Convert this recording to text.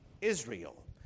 Israel